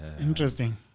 Interesting